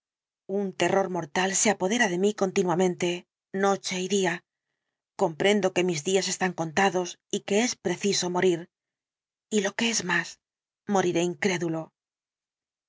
un terror mortal se apodera de mí continuamente noche y día comprendo que mis días están contados y que es preciso morir y lo que es más moriré incrédulo